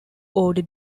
order